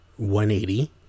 180